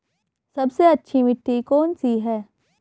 सबसे अच्छी मिट्टी कौन सी है?